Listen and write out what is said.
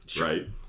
Right